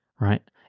right